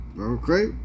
okay